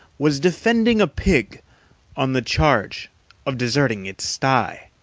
was defending a pig on the charge of deserting its sty.